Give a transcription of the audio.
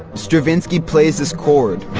stravinsky plays this chord.